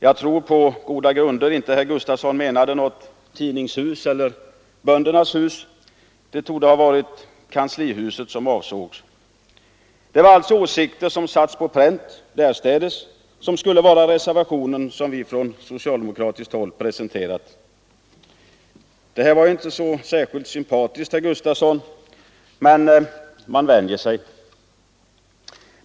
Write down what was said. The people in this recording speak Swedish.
Jag tror på goda grunder inte att herr Gustafson menade något tidningshus eller Böndernas hus, utan det torde ha varit kanslihuset som avsågs. Det skulle alltså vara åsikter som satts på pränt därstädes som vi skulle ha presenterat i utskottet. Detta var inte särskilt sympatiskt sagt, herr Gustafson, men man vänjer sig!